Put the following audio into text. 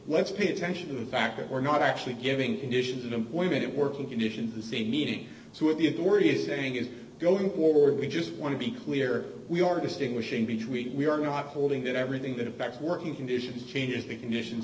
let's pay attention to the fact that we're not actually giving conditions of employment of working conditions the same meaning so what the authority is saying is going or we just want to be clear we are distinguishing between we are not holding that everything that affects working conditions changes the conditions